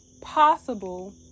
possible